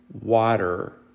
water